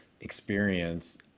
experience